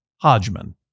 Hodgman